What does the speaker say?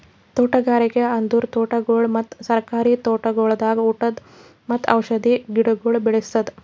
ತೋಟಗಾರಿಕೆ ಅಂದುರ್ ತೋಟಗೊಳ್ ಮತ್ತ ಸರ್ಕಾರಿ ತೋಟಗೊಳ್ದಾಗ್ ಉಟದ್ ಮತ್ತ ಔಷಧಿ ಗಿಡಗೊಳ್ ಬೇಳಸದ್